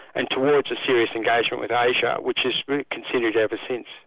and towards a serious engagement with asia which has really continued ever since.